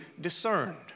discerned